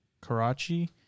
Karachi